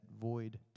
void